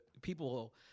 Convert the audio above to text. people